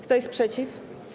Kto jest przeciw?